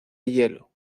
hielo